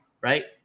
Right